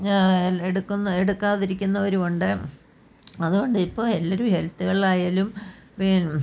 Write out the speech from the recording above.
എടുക്കുന്ന എടുക്കാതിരിക്കുന്നവരും ഉണ്ട് അതുകൊണ്ട് ഇപ്പോൾ എല്ലാവരും ഹെൽത്തുകളിലായാലും